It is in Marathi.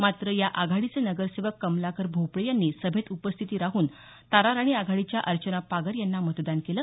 मात्र या आघाडीचे नगरसेवक कमलाकर भोपळे यांनी सभेत उपस्थिती राहून ताराराणी आघाडीच्या अर्चना पागर यांना मतदान केलं